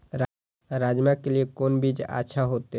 राजमा के लिए कोन बीज अच्छा होते?